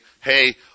hey